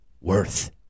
worth